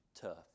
tough